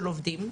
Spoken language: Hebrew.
של עובדים,